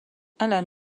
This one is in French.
alan